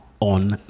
on